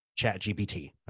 ChatGPT